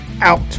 out